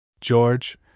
George